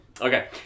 Okay